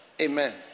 Amen